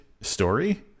story